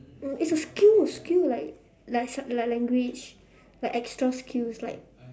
um it's a skill skill like like sign like language like extra skills like